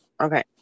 Okay